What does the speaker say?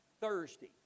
Thursday